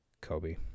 Kobe